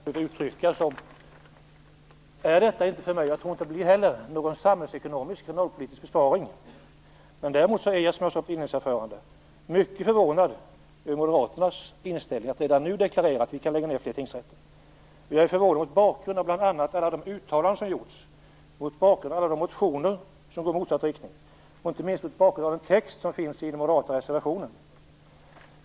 Herr talman! Detta är inte någon samhällsekonomisk och regionalpolitisk besparing för mig. Däremot är jag, som jag sade i mitt inledningsanförande, mycket förvånad över Moderaternas inställning att redan nu deklarera att vi kan lägga ned fler tingsrätter. Jag är förvånad mot bakgrund av bl.a. alla de uttalanden som gjorts, alla de motioner som går i motsatt riktning och den text som finns i den moderata reservationen.